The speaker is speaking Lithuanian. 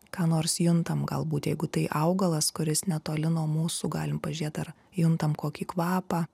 ką nors juntam galbūt jeigu tai augalas kuris netoli nuo mūsų galim pažiūrėt ar juntam kokį kvapą